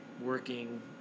working